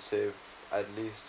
save at least